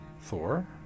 Thor